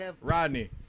Rodney